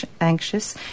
anxious